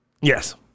Yes